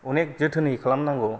अनेख जोथोनै खालामनांगौ